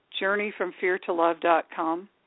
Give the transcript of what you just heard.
JourneyFromFearToLove.com